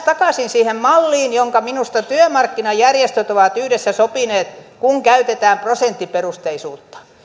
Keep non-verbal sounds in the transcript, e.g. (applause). (unintelligible) takaisin siihen malliin jonka minusta työmarkkinajärjestöt ovat yhdessä sopineet jossa käytetään prosenttiperusteisuutta